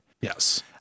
Yes